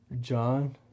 John